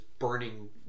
burning